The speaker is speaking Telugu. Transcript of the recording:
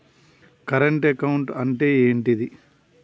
కరెంట్ అకౌంట్ అంటే ఏంటిది?